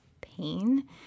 pain